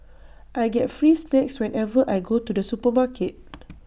I get free snacks whenever I go to the supermarket